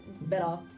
better